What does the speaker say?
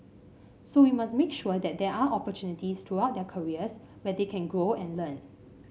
so we must make sure that there are opportunities throughout their careers where they can grow and learn